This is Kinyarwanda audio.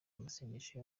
amasengesho